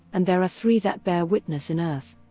and there are three that bear witness in earth.